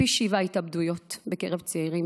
פי שבעה התאבדויות בקרב צעירים בקהילה,